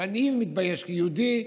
שאני מתבייש כיהודי,